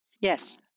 Yes